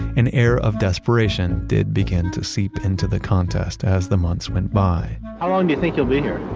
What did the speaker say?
an air of desperation did begin to seep into the contest as the months went by. how long do you think you'll be here? oh,